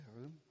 room